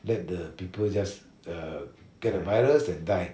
let the people just uh get the virus and die